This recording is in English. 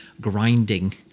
grinding